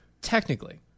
Technically